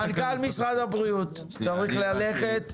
מנכ"ל משרד הבריאות צריך ללכת.